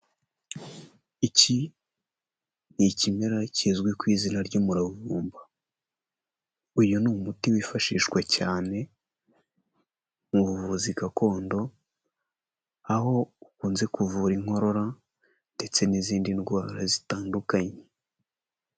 Iki ni ikimera kizwi ku izina ry'umuravumba, uyu ni umuti wifashishwa cyane mu buvuzi gakondo, aho ukunze kuvura inkorora ndetse n'izindi ndwara zitandukanye.